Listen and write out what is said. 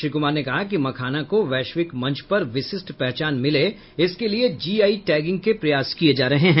श्री कुमार ने कहा कि मखाना को वैश्विक विश्व मंच पर पहचान मिले इसके लिए जीआई टैगिंग के प्रयास किये जा रहे हैं